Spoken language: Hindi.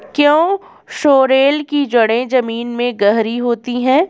क्या सोरेल की जड़ें जमीन में गहरी होती हैं?